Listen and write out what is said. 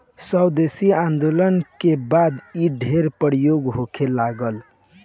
स्वदेशी आन्दोलन के बाद इ ढेर प्रयोग होखे लागल